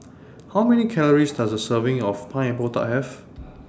How Many Calories Does A Serving of Pineapple Tart Have